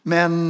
Men